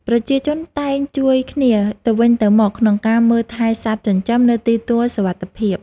ប្រជាជនតែងជួយគ្នាទៅវិញទៅមកក្នុងការមើលថែសត្វចិញ្ចឹមនៅទីទួលសុវត្ថិភាព។